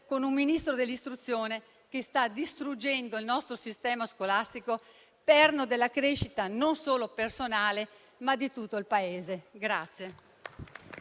con un Ministro dell'istruzione che sta distruggendo il nostro sistema scolastico, perno della crescita non solo personale ma di tutto il Paese.